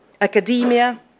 academia